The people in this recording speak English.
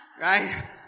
Right